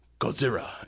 Godzilla